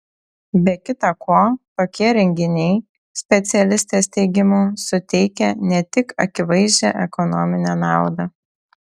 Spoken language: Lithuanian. be kita ko tokie renginiai specialistės teigimu suteikia ne tik akivaizdžią ekonominę naudą